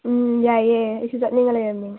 ꯎꯝ ꯌꯥꯏꯑꯦ ꯑꯩꯁꯨ ꯆꯠꯅꯤꯡꯅ ꯂꯩꯔꯝꯃꯤꯅꯤ